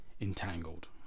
entangled